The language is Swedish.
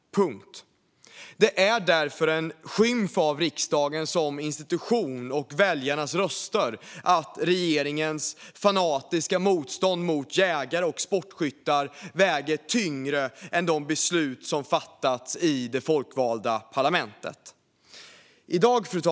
Det är därför en skymf mot riksdagen som institution och väljarnas röster att regeringens fanatiska motstånd mot jägare och sportskyttar väger tyngre än de beslut som fattats i det folkvalda parlamentet. Fru talman!